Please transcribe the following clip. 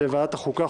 לוועדת החוקה,